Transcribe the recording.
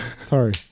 Sorry